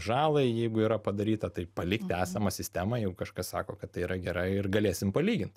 žalai jeigu yra padaryta tai palikt esamą sistemą jeigu kažkas sako kad tai yra gera ir galėsim palygint